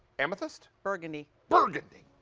amethyst? burgundy, burgundy